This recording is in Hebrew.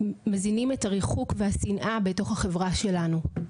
מזינים את הריחוק והשנאה בתוך החברה שלנו.